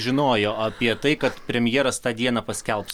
žinojo apie tai kad premjeras tą dieną paskelbs